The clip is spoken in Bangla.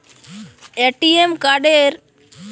এ.টি.এম কার্ডের আবেদনের জন্য অ্যাকাউন্টে কতো টাকা থাকা দরকার?